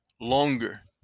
longer